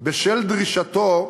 בשל דרישתו